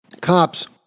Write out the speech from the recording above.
cops